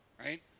right